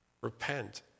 repent